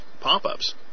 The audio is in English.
pop-ups